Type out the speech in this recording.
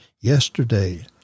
yesterday